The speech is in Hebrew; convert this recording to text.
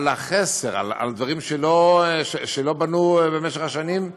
על החסר, על דברים שלא בנו במשך השנים,